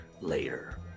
later